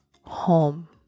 home